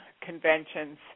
Conventions